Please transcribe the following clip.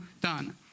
done